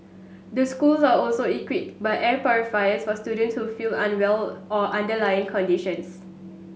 the schools are also equipped by air purifiers for students who feel unwell or underlying conditions